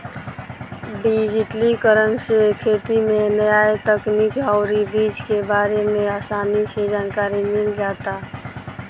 डिजिटलीकरण से खेती में न्या तकनीक अउरी बीज के बारे में आसानी से जानकारी मिल जाता